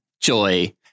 Joy